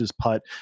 putt